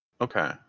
Okay